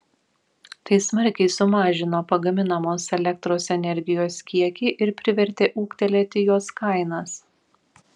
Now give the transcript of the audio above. tai smarkiai sumažino pagaminamos elektros energijos kiekį ir privertė ūgtelėti jos kainas